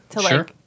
Sure